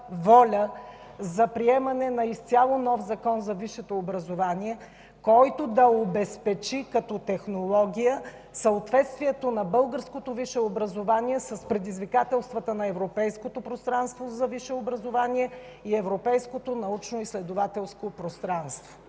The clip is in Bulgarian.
за приемане на изцяло нов Закон за висшето образование, който да обезпечи като технология съответствието на българското висше образование с предизвикателствата на европейското пространство за висше образование и европейското научноизследователско пространство.